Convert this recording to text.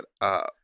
up